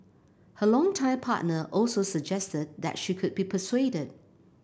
her longtime partner also suggested that she could be persuaded